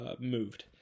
moved